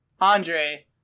Andre